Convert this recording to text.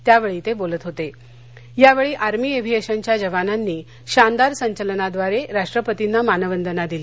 यावळी तडोलत होतयावळी आर्मी एव्हिएशनघ्या जवानांनी शानदार संचलनाद्वारविष्ट्रपतींना मानवंदना दिली